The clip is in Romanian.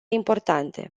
importante